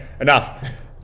Enough